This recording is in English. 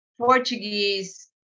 Portuguese